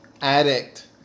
addict